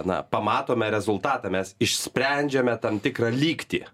na pamatome rezultatą mes išsprendžiame tam tikrą lygtį